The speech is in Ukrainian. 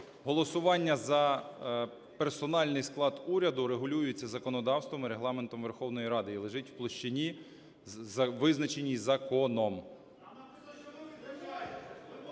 Голосування за персональний склад уряду регулюється законодавством і Регламентом Верховної Ради і лежить в площині, визначеній законом.